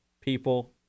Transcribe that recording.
people